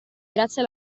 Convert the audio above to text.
grazie